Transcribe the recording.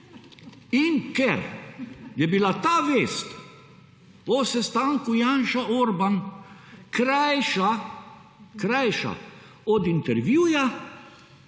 in ker je bila ta vest o sestanku Janša Orban krajša od intervjuja